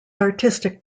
artistic